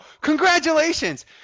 congratulations